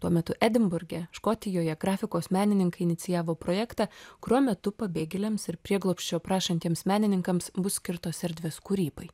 tuo metu edinburge škotijoje grafikos menininkai inicijavo projektą kurio metu pabėgėliams ir prieglobsčio prašantiems menininkams bus skirtos erdvės kūrybai